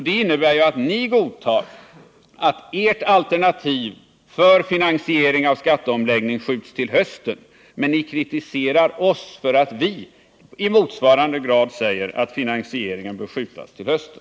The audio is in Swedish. Det innebär att ni godtar att ert alternativ för finansiering av skatteomläggningen skjuts till hösten men att ni kritiserar oss för att vi i motsvarande grad säger att finansieringen bör skjutas till hösten.